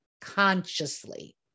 consciously